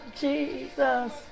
Jesus